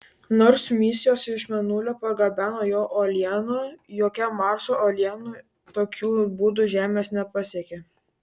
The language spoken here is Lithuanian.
nors misijos iš mėnulio pargabeno jo uolienų jokia marso uoliena tokiu būdu žemės nepasiekė